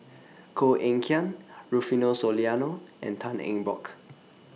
Koh Eng Kian Rufino Soliano and Tan Eng Bock